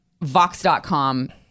Vox.com